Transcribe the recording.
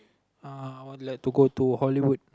uh I would like too go to Hollywood